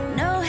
no